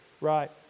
Right